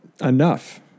enough